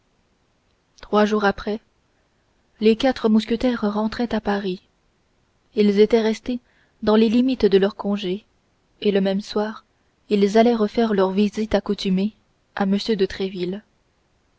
trois jours après les quatre mousquetaires rentraient à paris ils étaient restés dans les limites de leur congé et le même soir ils allèrent faire leur visite accoutumée à m de